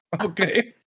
Okay